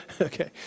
Okay